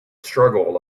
struggle